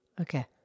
Okay